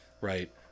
right